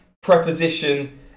Preposition